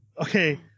okay